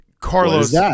Carlos